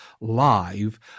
live